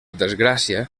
desgràcia